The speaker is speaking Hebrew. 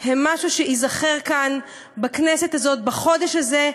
הם משהו שייזכרו כאן, בכנסת הזאת, בחודש הזה,